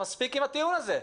מספיק עם הטיעון הזה.